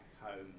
home